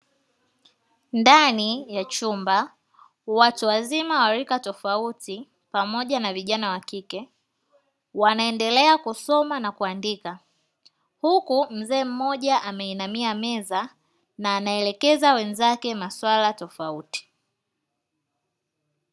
Ndani ya chumba watu wazima wa rika tofauti pamoja na vijana wa kike wanaendelea kusoma na kuandika huku mzee mmoja ameinamia meza na anaelekeza wenzake maswala tofauti.